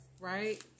right